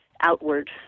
outward